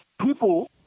People